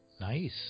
Nice